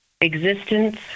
Existence